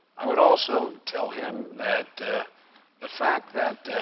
i would also tell him that the fact that